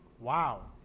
Wow